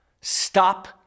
stop